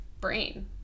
brain